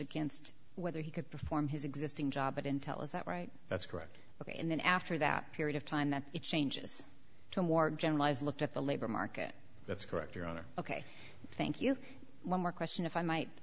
against whether he could perform his existing job at intel is that right that's correct ok and then after that period of time that it changes to a more generalized look at the labor market that's correct your honor ok thank you one more question if i might